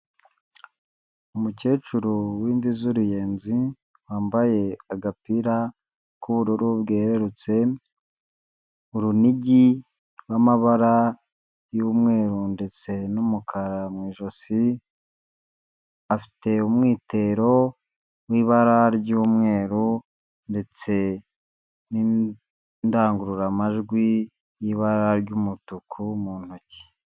Umukecuru w'imvi z'uruyenzi, wambaye agapira k'ubururu bwererutse, urunigi rw'amabara y'umweru ndetse n'umukara mu ijosi, afite umwitero w'ibara ry'umweru ndetse n'indangururamajwi y'ibara ry'umutuku mu ntoki.